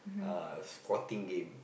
uh squatting game